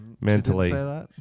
mentally